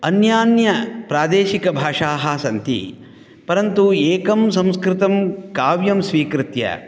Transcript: अन्यान्यप्रादेशिकभाषाः सन्ति परन्तु एकं संस्कृतं काव्यं स्वीकृत्य